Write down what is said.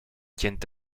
tiennent